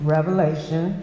Revelation